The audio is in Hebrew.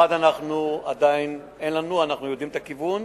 אחד עדיין אין לנו, אנחנו יודעים את הכיוון,